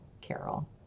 Carol